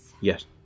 Yes